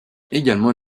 également